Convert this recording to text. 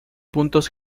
puntos